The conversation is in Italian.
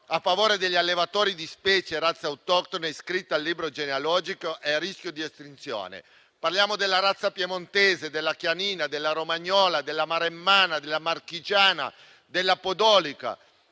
a favore degli allevatori di specie di razze autoctone iscritte al libro genealogico e a rischio di estinzione. Parliamo della razza piemontese, della chianina, della romagnola, della maremmana, della marchigiana e della podolica,